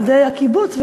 ילדי הקיבוץ,